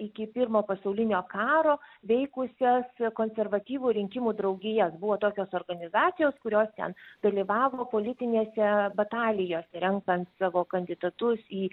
iki pirmo pasaulinio karo veikusias konservatyvų rinkimų draugijas buvo tokios organizacijos kurios ten dalyvavo politinėse batalijose renkant savo kandidatus į